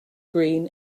green